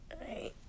Right